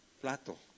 plato